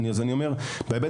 בהמשך